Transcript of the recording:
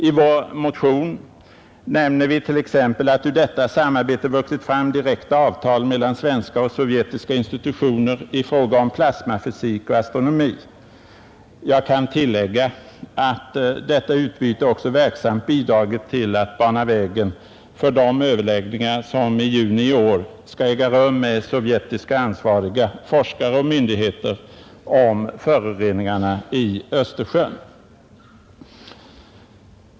I vår motion nämner vi t.ex. att ur detta samarbete vuxit fram direkta avtal mellan svenska och sovjetiska institutioner i fråga om plasmafysik och astronomi. Jag kan tillägga att detta utbyte också verksamt bidragit till att bana väg för de överläggningar som i juni skall äga rum med sovjetiska ansvariga forskare och myndigheter om föroreningarna i Östersjön.